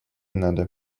надо